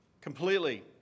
completely